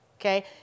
Okay